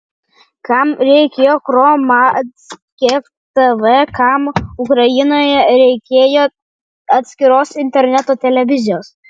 kam reikėjo hromadske tv kam ukrainoje reikėjo atskiros interneto televizijos